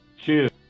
Cheers